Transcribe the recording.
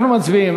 אנחנו מצביעים.